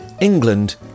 England